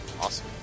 Awesome